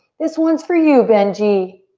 this one's for you, benji!